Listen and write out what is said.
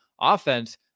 offense